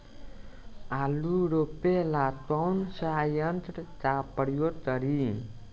आलू रोपे ला कौन सा यंत्र का प्रयोग करी?